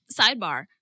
Sidebar